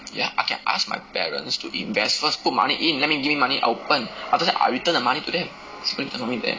ya I can ask my parents to invest first put money in let me give me money I open after that I return the money to them to me that's the only plan